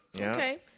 Okay